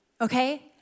Okay